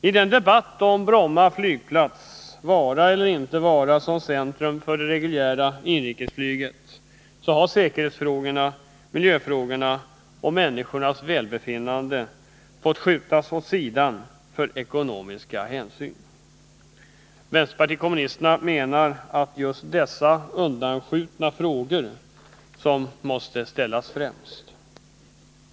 I den debatt om Bromma flygplats vara eller inte vara som centrum för det reguljära inrikesflyget har säkerhetsfrågorna, miljöfrågorna och människornas välbefinnande fått skjutas åt sidan för ekonomiska hänsyn. Vänsterpartiet kommunisterna menar att det är just dessa undanskjutna frågor som måste ställas främst.